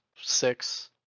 six